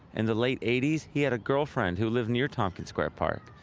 in the late eighty s, he had a girlfriend who lived near tompkins square park,